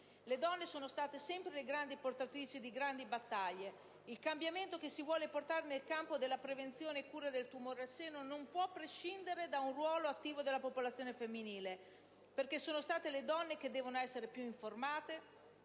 Le donne sono state sempre grandi portatrici di grandi battaglie. Il cambiamento che si vuole portare nel campo della prevenzione e cura del tumore al seno non può prescindere da un ruolo attivo della popolazione femminile, perché sono le donne che devono essere le più informate,